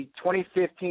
2015